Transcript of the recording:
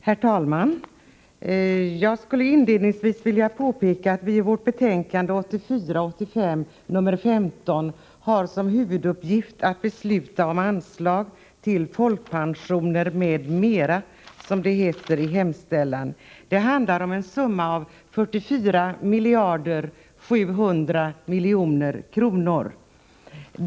Herr talman! Inledningsvis vill jag påpeka att vi i socialförsäkringsutskottets betänkande 1984/85:15 har som huvuduppgift att behandla anslag till folkpensioner m.m., som det heter. Det handlar om en summa av 44 700 000 000 kr.